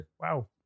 wow